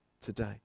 today